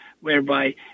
whereby